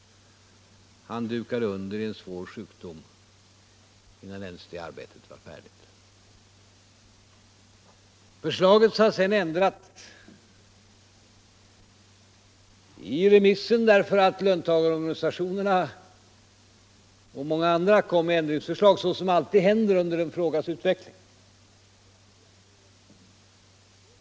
Han dukade under i en svår sjukdom innan det arbetet var färdigt. Förslaget har sedan ändrats därför att löntagarorganisationerna och många andra under remissen kom med ändringsförslag, så som alltid händer under en frågas utveckling.